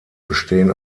bestehen